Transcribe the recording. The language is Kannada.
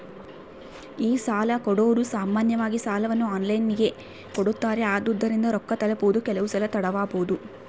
ಈ ಸಾಲಕೊಡೊರು ಸಾಮಾನ್ಯವಾಗಿ ಸಾಲವನ್ನ ಆನ್ಲೈನಿನಗೆ ಕೊಡುತ್ತಾರೆ, ಆದುದರಿಂದ ರೊಕ್ಕ ತಲುಪುವುದು ಕೆಲವುಸಲ ತಡವಾಬೊದು